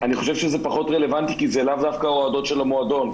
אני חושב שזה פחות רלוונטי כי זה לאו דווקא אוהדות של המועדון.